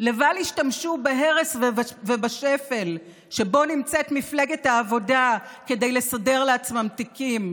לבל ישתמשו בהרס ובשפל שבו נמצאת מפלגת העבודה כדי לסדר לעצמם תיקים.